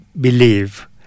believe